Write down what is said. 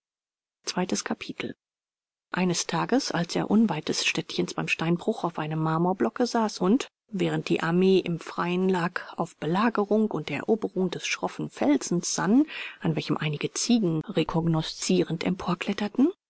eines tages als er unweit des städtchens beim steinbruch auf einem marmorblocke saß und während die armee im freien lag auf belagerung und eroberung des schroffen felsens sann an welchem einige ziegen